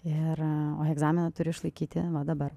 ir o egzaminą turiu išlaikyti dabar